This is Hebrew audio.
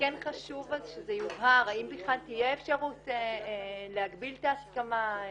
ולכן חשוב שזה יובהר אם בכלל תהיה אפשרות להגביל את ההסכמה.